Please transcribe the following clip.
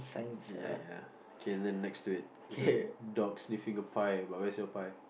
ya ya okay then next to it there's a dog sniffing a pie but where's your pie